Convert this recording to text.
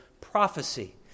prophecy